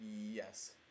Yes